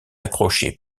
accroché